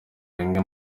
rimwe